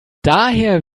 daher